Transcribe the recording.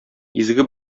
изге